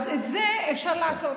את זה אפשר לעשות.